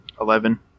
Eleven